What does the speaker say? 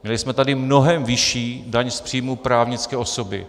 Měli jsme tady mnohem vyšší daň z příjmu právnické osoby.